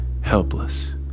helpless